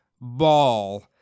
Ball